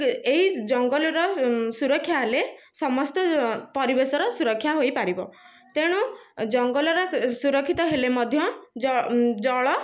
ଏହି ଜଙ୍ଗଲର ସୁରକ୍ଷା ହେଲେ ସମସ୍ତ ପରିବେଶର ସୁରକ୍ଷା ହୋଇପାରିବ ତେଣୁ ଜଙ୍ଗଲ ସୁରକ୍ଷିତ ହେଲେ ମଧ୍ୟ ଜଳ